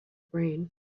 brain